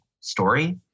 story